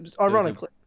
ironically